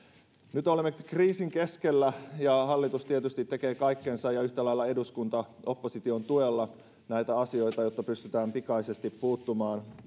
nyt olemme kriisin keskellä ja hallitus tietysti tekee kaikkensa ja yhtä lailla eduskunta opposition tuella näitä asioita jotta pystytään pikaisesti puuttumaan tähän